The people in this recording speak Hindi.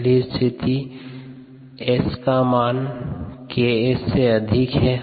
पहली स्थिति S का मान Ks से अधिक है